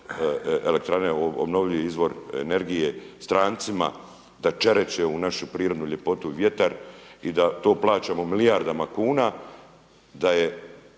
vjetroelektrane u obnovljivi izvor energije strancima da čereče ovu našu prirodnu ljepotu i vjetar i da to plaćamo u milijardama kuna, da je